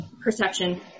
perception